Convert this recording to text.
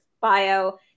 bio